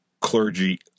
clergy